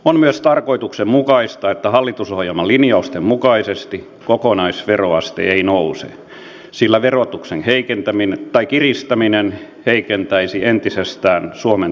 on myös tarkoituksenmukaista että hallitusohjelmalinjausten mukaisesti kokonaisveroaste ei nouse sillä verotuksen kiristäminen heikentäisi entisestään suomen talouden kasvunäkymiä